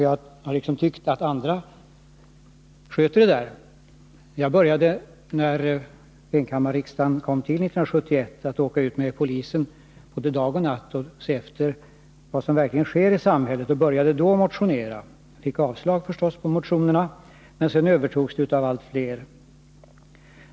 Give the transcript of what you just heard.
Jag har tyckt att andra sköter den uppgiften. Jag har dock motionerat tidigare. När enkammarriksdagen kom till 1971 började jag att både dag och natt åka ut med polisen för att se efter vad som verkligen sker i samhället. Och då började jag motionera i narkotikafrågor här i riksdagen. Naturligtvis avslogs motionerna, men sedan övertogs motionerandet av allt fler.